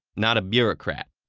not a bureaucrat.